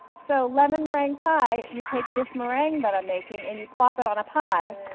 so lemon meringue pie, you take this meringue that i'm making, and you plop it on a pie,